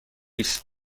است